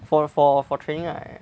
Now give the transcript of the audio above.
for for for training right